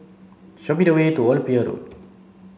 show me the way to Old Pier Road